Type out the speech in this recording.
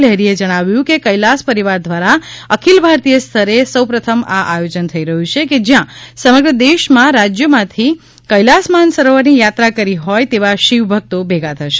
લહેરીએ જણાવ્યું કે કૈલાસ પરિવાર દ્વારા અખિલ ભારતીય સ્તરે સૌપ્રથમ આયોજન થઈ રહ્યું છે કે જ્યાં સમગ્ર દેશનાં રાજ્યોમાંથી કૈલાસ માનસરોવરની યાત્રા કરી હોય તેવા શિવભક્તો ભેગા થશે